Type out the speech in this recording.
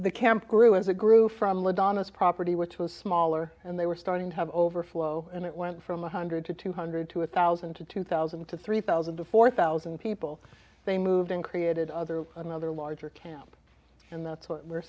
the camp grew as it grew from lead on his property which was smaller and they were starting to have overflow and it went from one hundred to two hundred to a thousand to two thousand to three thousand to four thousand people they moved in created other another larger camp and that's what we're